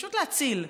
פשוט להציל,